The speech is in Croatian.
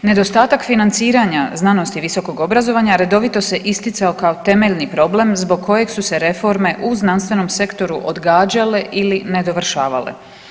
Nedostatak financiranja znanosti, visokog obrazovanja redovito se isticao kao temeljni problem zbog kojeg su se reforme u znanstvenom sektoru odgađale ili nedovršavale.